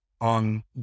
on